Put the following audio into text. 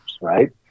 right